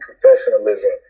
professionalism